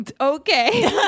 okay